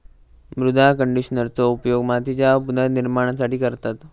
मृदा कंडिशनरचो उपयोग मातीच्या पुनर्निर्माणासाठी करतत